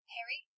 Harry